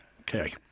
Okay